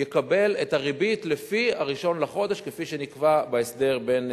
יקבל את הריבית לפי 1 בחודש, כפי שנקבע בהסדר בין